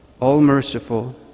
all-merciful